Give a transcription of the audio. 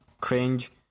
cringe